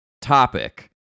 topic